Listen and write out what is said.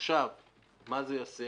מה זה יעשה?